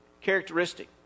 characteristic